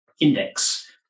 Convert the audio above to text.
index